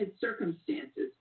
circumstances